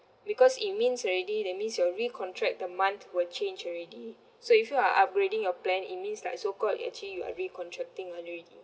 because it means already that means your recontract the month will change already so if you are upgrading your plan it means like so called it actually you are recontracting already